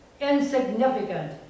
insignificant